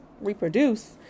reproduce